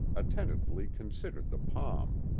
attentively considered the palm.